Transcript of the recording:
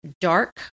dark